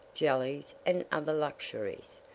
jellies, and other luxuries.